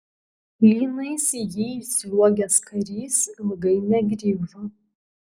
lynais į jį įsliuogęs karys ilgai negrįžo